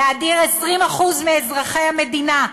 להדיר 20% מאזרחי המדינה,